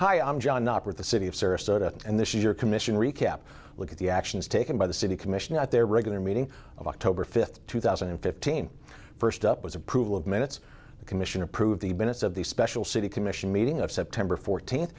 hi i'm john operate the city of sarasota and this is your commission recap look at the actions taken by the city commission at their regular meeting of october fifth two thousand and fifteen first up was approval of minutes the commission approved the minutes of the special city commission meeting of september fourteenth